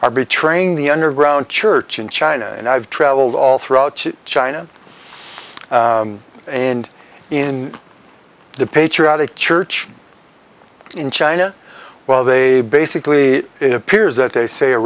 are betraying the underground church in china and i've traveled all throughout china and in the patriotic church in china while they basically it appears that they say a